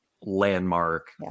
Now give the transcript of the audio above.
landmark